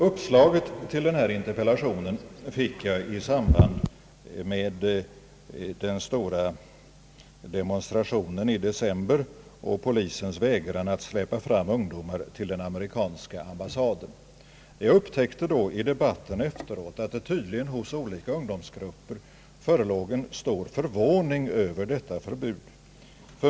Uppslaget till denna interpellation fick jag i samband med den stora demonstrationen i december och polisens vägran att släppa fram ungdomarna till den amerikanska ambassaden. Jag upptäckte då i debatten efteråt, att det hos olika ungdomsgrupper tydligen förelåg en stor förvåning över detta förbud.